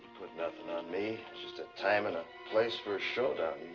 put nothing on me. it's just a time and ah place for a showdown.